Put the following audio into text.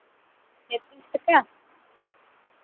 ᱛᱤᱥ ᱴᱟᱠᱟ